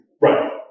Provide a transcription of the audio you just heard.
Right